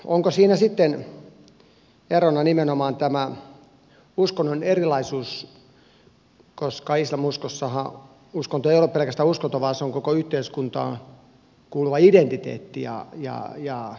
onko siinä sitten erona nimenomaan tämä uskonnon erilaisuus koska islam uskonto ei ole pelkästään uskonto vaan se on koko yhteiskuntaan kuuluva identiteetti ja kokonaisuus